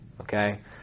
Okay